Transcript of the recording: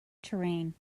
terrain